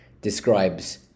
describes